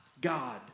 God